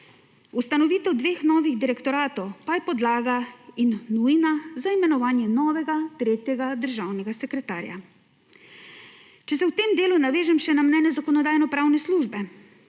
Ustanovitev dveh novih direktoratov pa je podlaga in nujna za imenovanje novega tretjega državnega sekretarja. Če se v tem delu navežem še na mnenje Zakonodajno-pravne službe,